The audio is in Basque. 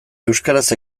euskaraz